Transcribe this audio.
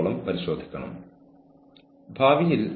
ഇതുപോലുള്ള എന്തെങ്കിലും കണ്ടെത്തിയാൽ രഹസ്യസ്വഭാവം പാലിക്കേണ്ടതുണ്ട്